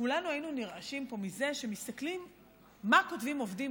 כולנו היינו נרעשים מזה שמסתכלים על מה שכותבים עובדים